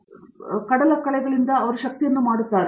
Satyanarayana N Gummadi ಕಡಲಕಳೆಗಳಿಂದ ಅವರು ಶಕ್ತಿಯನ್ನು ಮಾಡುತ್ತಾರೆ